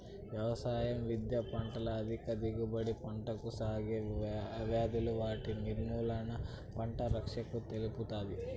వ్యవసాయ విద్య పంటల అధిక దిగుబడి, పంటలకు సోకే వ్యాధులు వాటి నిర్మూలన, పంటల రక్షణను తెలుపుతాది